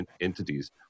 entities